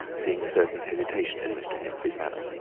seeing a certain hesitation in mr. henfrey's manner.